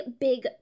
big